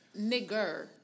nigger